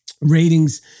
ratings